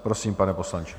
Prosím, pane poslanče.